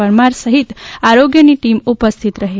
પરમાર સહિત આરોગ્યની ટીમ ઉપસ્થિત રહેલ